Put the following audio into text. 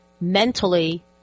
mentally